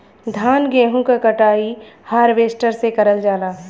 धान गेहूं क कटाई हारवेस्टर से करल जाला